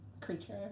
creature